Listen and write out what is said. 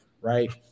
right